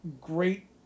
great